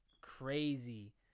crazy